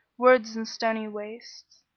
words and stony wastes,